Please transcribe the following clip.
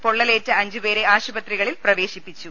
പൊള്ളലേറ്റ അഞ്ചുപേരെ ആശുപത്രികളിൽ പ്രവേശി പ്പിച്ചു